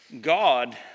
God